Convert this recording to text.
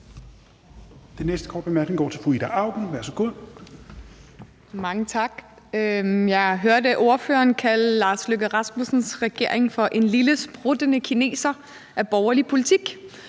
den næste korte bemærkning går til fru Ida Auken. Værsgo. Kl. 17:12 Ida Auken (S) : Mange tak. Jeg hørte ordføreren kalde hr. Lars Løkke Rasmussens regering for en lille spruttende kineser af borgerlig politik.